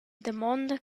damonda